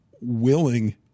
willing